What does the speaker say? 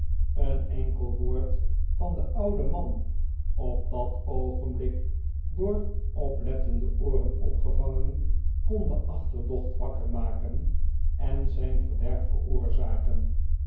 een enkel woord van den ouden man op dat oogenblik door oplettende ooren opgevangen kon de achterdocht wakker maken en zijn verderf veroorzaken